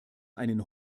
einen